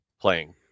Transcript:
playing